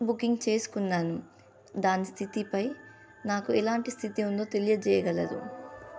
booking చేసుకున్నాను దాని స్థితిపై నాకు ఎలాంటి స్థితి ఉందో తెలియజేగలరు